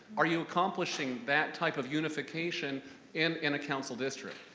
are you accomplishing that type of unification in in a council district?